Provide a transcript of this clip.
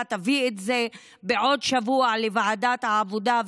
ותביא את זה בעוד שבוע לוועדת העבודה,